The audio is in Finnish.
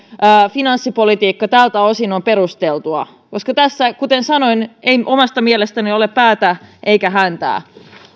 finanssipolitiikka tältä osin on perusteltua tässä kuten sanoin ei omasta mielestäni ole päätä eikä häntää